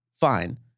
Fine